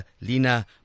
Lina